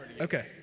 Okay